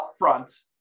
upfront